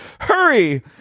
Hurry